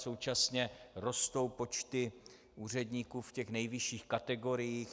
Současně rostou počty úředníků v těch nejvyšších kategoriích.